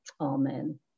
amen